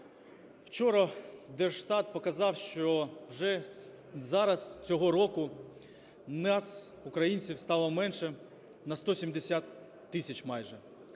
ВчораДержстат показав, що вже зараз, цього року, нас українців стало менше на 170 тисяч майже